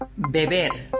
Beber